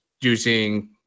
using